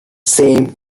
same